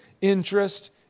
interest